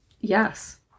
Yes